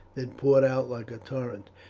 that poured out like a torrent.